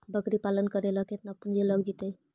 बकरी पालन करे ल केतना पुंजी लग जितै?